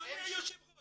אדוני היושב ראש,